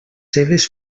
seves